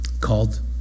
called